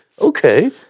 okay